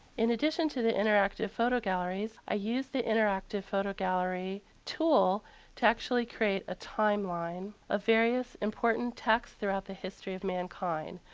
in addition to the interactive photo galleries, i use the interactive photo gallery tool to actually create a timeline of various important texts throughout the history of mankind.